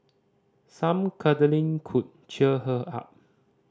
some cuddling could cheer her up